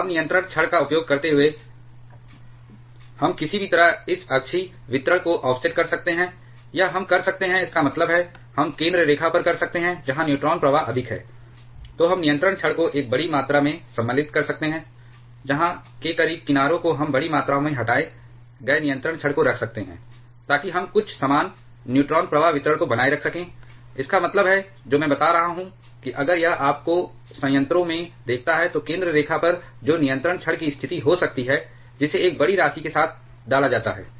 अब नियंत्रण छड़ का उपयोग करते हुए हम किसी भी तरह इस अक्षीय वितरण को ऑफसेट कर सकते हैं या हम कर सकते हैं इसका मतलब है हम केंद्र रेखा पर कर सकते हैं जहां न्यूट्रॉन प्रवाह अधिक है तो हम नियंत्रण छड़ को एक बड़ी मात्रा में सम्मिलित कर सकते हैं जहां के करीब किनारों को हम बड़ी मात्रा में हटाए गए नियंत्रण छड़ को रख सकते हैं ताकि हम कुछ समान न्यूट्रॉन प्रवाह वितरण को बनाए रख सकें इसका मतलब है जो मैं बता रहा हूं कि अगर यह आपका संयंत्रों है तो केंद्र रेखा पर जो नियंत्रण छड़ की स्थिति हो सकती है जिसे एक बड़ी राशि के साथ डाला जाता है